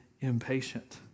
impatient